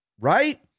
right